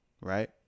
Right